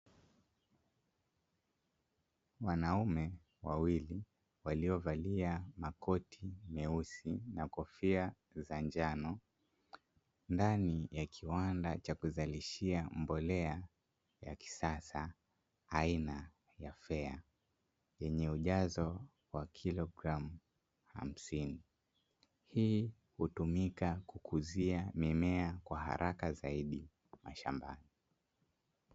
Wanaume wawili waliovalia makoti meusi na kofia za njano. Ndani ya kiwanda cha kuzalishia mbolea za kisasa aina ya FEA, yenye ujazo wa kilogramu hamsini. Hii hutumika kukuzia mimea kwa haraka zaidi mashambani.